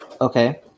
Okay